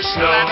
Snow